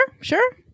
sure